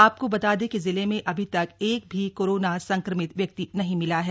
आपको बता दें कि जिले में अभी तक एक भी कोरोना संक्रमित व्यक्ति नहीं मिला है